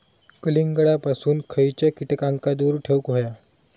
कलिंगडापासून खयच्या कीटकांका दूर ठेवूक व्हया?